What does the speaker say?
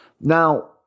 Now